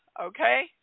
okay